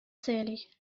целей